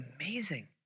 amazing